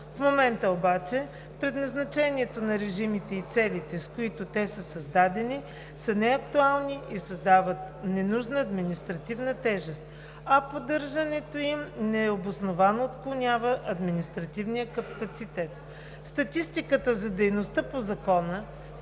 В момента обаче предназначението на режимите и целите, с които те са създадени, са неактуални и създават ненужна административна тежест, а поддържането им необосновано отклонява административен капацитет. Статистиката за дейността по Закона